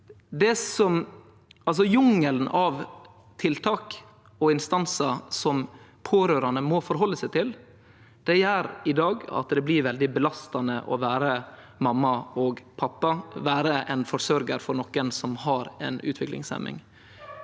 Jungelen av tiltak og instansar som pårørande må forhalde seg til, gjer i dag at det blir veldig belastande å vere mamma og pappa, vere ein forsørgjar, for nokon som har ei utviklingshemming.